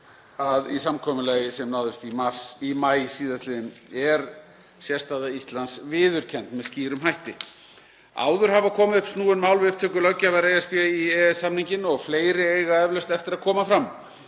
að í samkomulagi sem náðist í maí síðastliðinn er sérstaða Íslands viðurkennd með skýrum hætti. Áður hafa komið upp snúin mál við upptöku löggjafar ESB í EES-samninginn og fleiri eiga eflaust eftir að koma fram.